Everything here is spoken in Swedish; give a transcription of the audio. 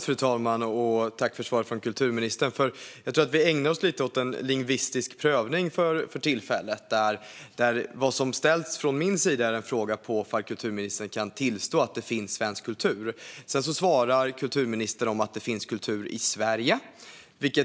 Fru talman! Tack för svaret, kulturministern! Jag tror att vi ägnar oss åt lite av en lingvistisk prövning för tillfället. Jag har ställt en fråga om huruvida kulturministern kan tillstå att det finns svensk kultur, och sedan svarar kulturministern att det finns kultur i Sverige.